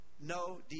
no